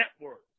network